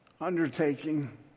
undertaking